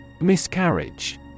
Miscarriage